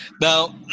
Now